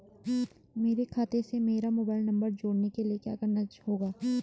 मेरे खाते से मेरा मोबाइल नम्बर जोड़ने के लिये क्या करना होगा?